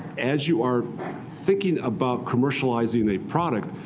as you are thinking about commercializing a product,